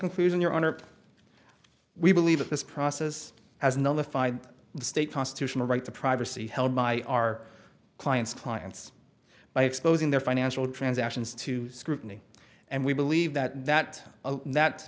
conclusion your honor we believe that this process has nullified the state constitutional right to privacy held by our clients clients by exposing their financial transactions to scrutiny and we believe that that that